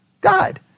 God